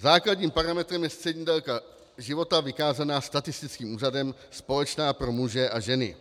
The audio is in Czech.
Základním parametrem je střední délka života vykázaná statistickým úřadem společná pro muže a ženy.